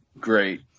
great